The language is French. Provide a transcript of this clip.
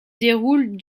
déroule